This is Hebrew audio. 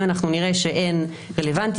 אם אנחנו נראה שאין רלוונטיות,